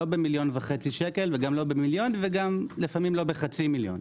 לא מיליון וחצי שקל וגם לא במיליון וגם לפעמים לא בחצי מיליון.